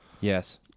Yes